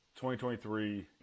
2023